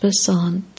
Basant